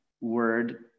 word